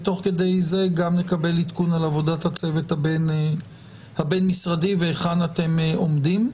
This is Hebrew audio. ותוך כדי זה גם נקבל עדכון על עבודת הצוות הבין-משרדי והיכן אתם עומדים.